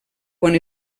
quan